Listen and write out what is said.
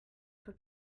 for